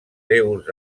teus